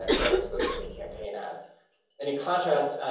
ah weren't exposed to any campaign ads and in contrast,